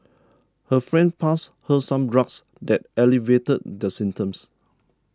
her friend passed her some drugs that alleviated the symptoms